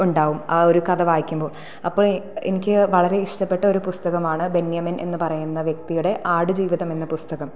ഉണ്ടാകും ആ ഒരു കഥ വായിക്കുമ്പോൾ അപ്പം എനിക്ക് വളരെ ഇഷ്ടപ്പെട്ട ഒരു പുസ്തകമാണ് ബെന്യാമിൻ എന്നു പറയുന്ന വ്യക്തിയുടെ ആട് ജീവിതം എന്ന പുസ്തകം